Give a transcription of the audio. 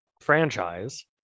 franchise